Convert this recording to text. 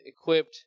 equipped